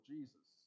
Jesus